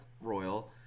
Royal